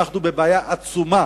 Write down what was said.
אנחנו בבעיה עצומה,